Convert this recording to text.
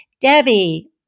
Debbie